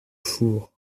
four